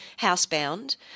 housebound